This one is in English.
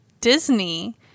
Disney